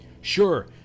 Sure